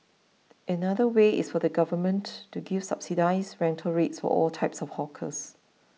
another way is for the government to give subsidised rental rates for all types of hawkers